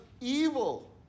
evil